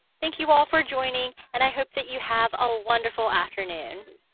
thank you all for joining and i hope that you have a wonderful afternoon.